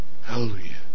Hallelujah